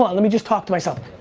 let me just talk to myself.